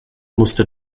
musste